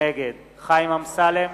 נגד חיים אמסלם,